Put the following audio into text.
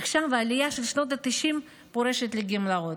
עכשיו העלייה של שנות התשעים פורשת לגמלאות.